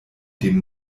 dem